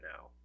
now